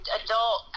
adult